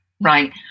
Right